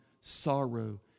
sorrow